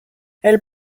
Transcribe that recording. elles